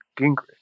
Gingrich